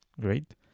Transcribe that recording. Great